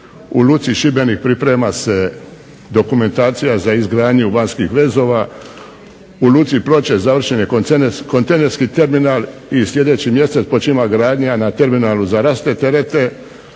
u luci Šibenik priprema se dokumentacija za izgradnju vanjskih vezova, u luci Ploče završen je kontejnerski terminal i sljedeći mjesec počinje gradnja na terminalu za rasute terete,